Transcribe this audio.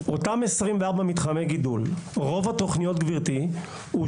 אותם 24 מתחמי גידול, רוב התוכניות אושרו